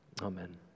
amen